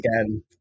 again